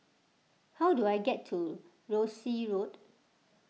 how do I get to Rosyth Road